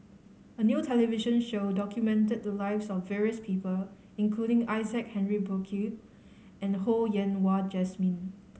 a new television show documented the lives of various people including Isaac Henry Burkill and Ho Yen Wah Jesmine